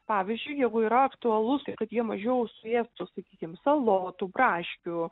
pavyzdžiui jeigu yra aktualu kad jie mažiau suėstų sakykim salotų braškių